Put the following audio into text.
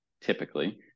typically